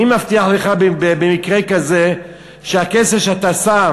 מי מבטיח לך במקרה כזה שהכסף שאתה שם